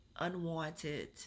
Unwanted